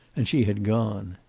and she had gone.